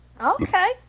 Okay